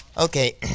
Okay